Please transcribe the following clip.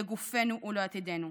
לגופנו ולעתידנו.